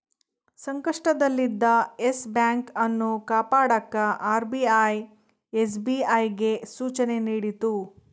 ಸಂಕಷ್ಟದಲ್ಲಿದ್ದ Yes Bank ಅನ್ನು ಕಾಪಾಡಕ ಆರ್.ಬಿ.ಐ ಎಸ್.ಬಿ.ಐಗೆ ಸೂಚನೆ ನೀಡಿತು